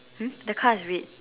hmm the car is red